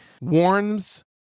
warns